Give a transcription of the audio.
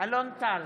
אלון טל,